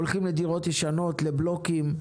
לכן הולכים לדירות ישנות, לבלוקים.